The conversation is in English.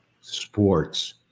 sports